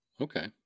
Okay